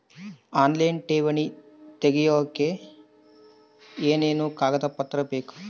Online ಠೇವಣಿ ತೆಗಿಯೋದಕ್ಕೆ ಏನೇನು ಕಾಗದಪತ್ರ ಬೇಕು?